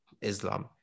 islam